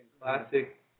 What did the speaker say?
Classic